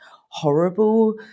horrible